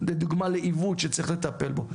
דוגמא לעיוות שצריך לטפל בו.